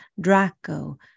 Draco